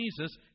Jesus